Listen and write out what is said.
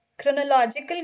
chronological